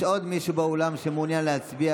יש עוד מישהו באולם שמעוניין להצביע,